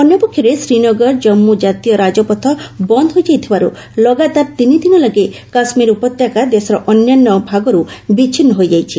ଅନ୍ୟପକ୍ଷରେ ଶ୍ରୀନଗର ଜାନ୍ଧୁ ଜାତୀୟ ରାଜପଥ ବନ୍ଦ ହୋଇଯାଇଥିବାରୁ ଲଗାତାର ତିନିଦିନ ଲାଗି କାଶ୍ମୀର ଉପତ୍ୟକା ଦେଶର ଅନ୍ୟାନ୍ୟ ଭାଗରୁ ବିଚ୍ଛିନ୍ନ ହୋଇଯାଇଛି